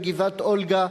בגבעת-אולגה,